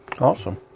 Awesome